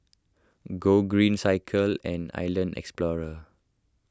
Gogreen Cycle and Island Explorer